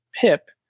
pip